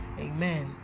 Amen